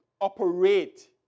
operate